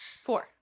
Four